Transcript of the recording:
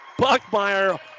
Buckmeyer